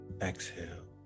Exhale